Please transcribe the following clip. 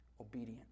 Obedient